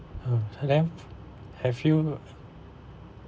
mm then have you